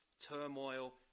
turmoil